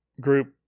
group